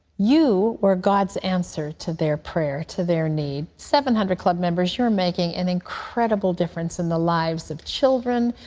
you were god's answer to their prayer, to their need. seven hundred club members, you're making an incredible difference in the lives of children,